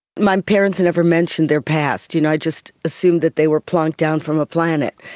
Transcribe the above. my parents never mentioned their past. you know i just assumed that they were plonked down from a planet.